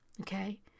okay